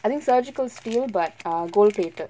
I think surgical steel but err gold plated